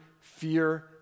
fear